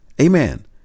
Amen